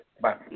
Bye